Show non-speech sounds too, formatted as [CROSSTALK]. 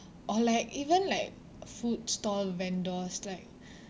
or like even like food stall vendors like [BREATH]